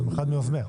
אתה גם אחד מיוזמיה.